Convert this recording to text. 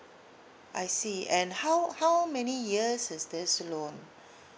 I see and how how many years is this loan